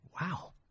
wow